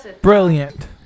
Brilliant